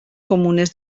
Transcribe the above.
comunes